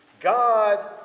God